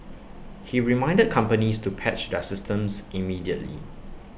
he reminded companies to patch their systems immediately